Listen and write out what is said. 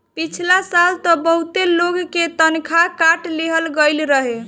पिछला साल तअ बहुते लोग के तनखा काट लेहल गईल रहे